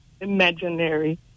imaginary